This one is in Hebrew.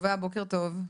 טובה, בוקר טוב.